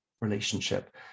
relationship